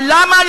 אבל למה,